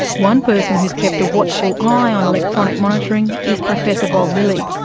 one person who's kept a watchful eye on electronic monitoring is professor bob lilly,